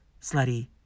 slutty